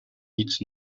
needs